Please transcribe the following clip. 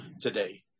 today